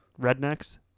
Rednecks